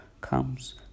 comes